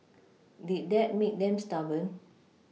did that make them stubborn